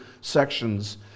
sections